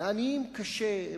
לעניים קשה,